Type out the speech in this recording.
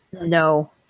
No